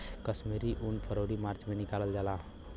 कश्मीरी उन फरवरी मार्च में निकालल जाला